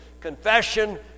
confession